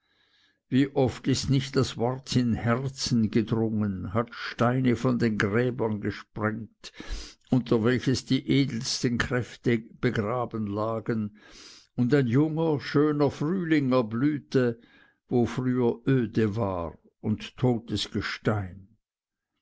wie oft ist nicht das wort in herzen gedrungen hat steine von den gräbern gesprengt unter welchen die edelsten kräfte begraben lagen und ein junger schöner frühling erblühte wo früher öde war und totes gestein